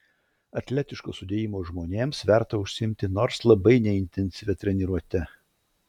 atletiško sudėjimo žmonėms verta užsiimti nors labai neintensyvia treniruote